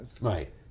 Right